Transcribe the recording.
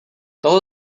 toho